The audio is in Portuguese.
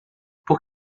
por